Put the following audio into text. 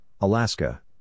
Alaska